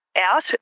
out